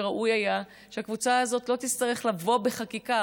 וראוי היה שהקבוצה הזאת לא תצטרך לבוא בחקיקה.